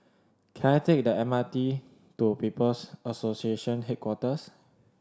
can I take the M R T to People's Association Headquarters